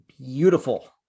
Beautiful